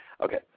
Okay